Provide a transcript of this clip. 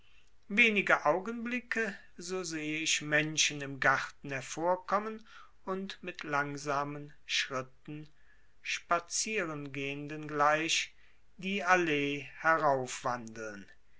wenige augenblicke so sehe ich menschen im garten hervorkommen und mit langsamen schritten spaziergehenden gleich die allee